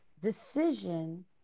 decision